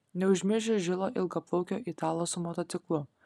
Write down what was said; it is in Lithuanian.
neužmiršiu žilo ilgaplaukio italo su motociklu